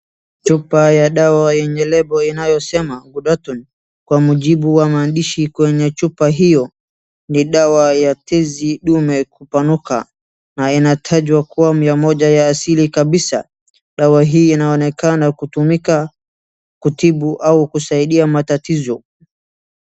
Chupa ya dawa yenye lable inayosema ghudatun kwa mujibu wa maandishi kwenye chupa hiyo, ni dawa ya tizi ndume kupanuka na inatajwa kuwa mia moja asili kabisa. Dawa hii inaonekana kutumika kutibu au kusaidia matatizo.